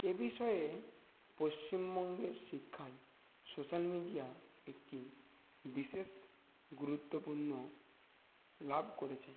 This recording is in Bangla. এ বিষয়ে পশ্চিমবঙ্গের শিক্ষায় সোশাল মিডিয়া একটি বিশেষ গুরুত্বপূর্ণ লাভ করেছে